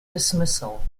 dismissal